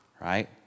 Right